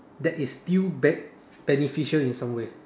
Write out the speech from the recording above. that is still bet~ beneficial in some way